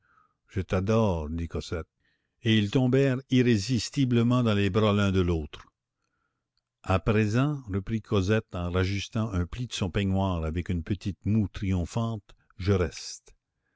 je t'adore dit cosette et ils tombèrent irrésistiblement dans les bras l'un de l'autre à présent reprit cosette en rajustant un pli de son peignoir avec une petite moue triomphante je reste